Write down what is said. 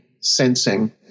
sensing